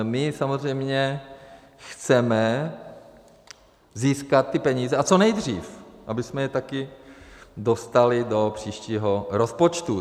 My samozřejmě chceme získat ty peníze, a co nejdřív, abychom je také dostali do příštího rozpočtu.